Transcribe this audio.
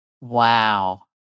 wow